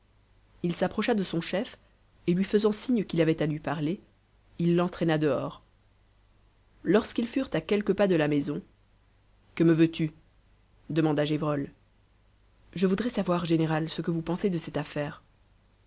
il s'approcha de son chef et lui faisant signe qu'il avait à lui parler il l'entraîna dehors lorsqu'ils furent à quelques pas de la maison que me veux-tu demanda gévrol je voudrais savoir général ce que vous pensez de cette affaire